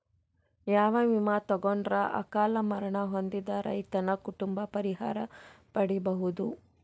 ಯಾವ ವಿಮಾ ತೊಗೊಂಡರ ಅಕಾಲ ಮರಣ ಹೊಂದಿದ ರೈತನ ಕುಟುಂಬ ಪರಿಹಾರ ಪಡಿಬಹುದು?